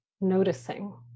noticing